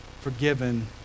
forgiven